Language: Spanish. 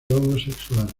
homosexual